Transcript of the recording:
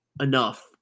enough